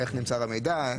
ואיך נמסר המידע.